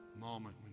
moment